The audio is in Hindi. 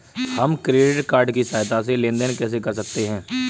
हम क्रेडिट कार्ड की सहायता से लेन देन कैसे कर सकते हैं?